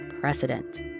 precedent